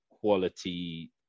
quality